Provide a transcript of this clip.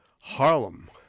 Harlem